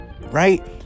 right